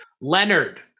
Leonard